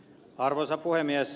arvoisa puhemies